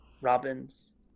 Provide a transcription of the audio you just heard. Robins